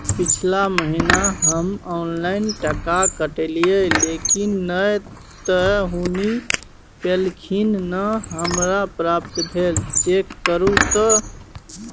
पिछला महीना हम ऑनलाइन टका कटैलिये लेकिन नय त हुनी पैलखिन न हमरा प्राप्त भेल, चेक करू त?